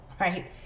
right